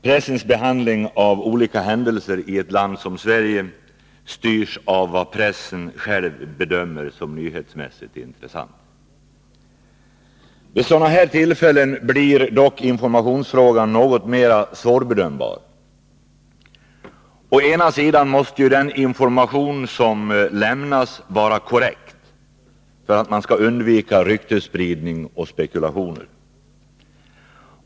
Pressens behandling av olika händelser i ett land som Sverige styrs av vad pressen själv bedömer som nyhetsmässigt intressant. Vid sådana här tillfällen blir dock informationsfrågan något mer svårbedömbar. Å ena sidan måste den information som lämnas vara korrekt för att man skall undvika ryktesspridning och spekulationer.